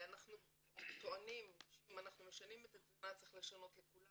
אנחנו טוענים שאם אנחנו משנים את התזונה צריך לשנות לכולם.